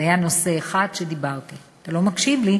זה היה נושא אחד שדיברתי עליו, אתה לא מקשיב לי.